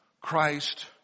Christ